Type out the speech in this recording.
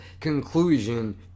conclusion